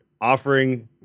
offering